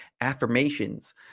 affirmations